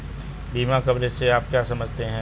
बीमा कवरेज से आप क्या समझते हैं?